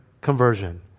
conversion